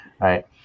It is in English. right